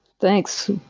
Thanks